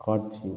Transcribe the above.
காட்சி